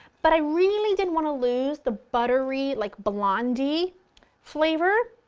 but i really didn't want to lose the buttery like blondie flavor,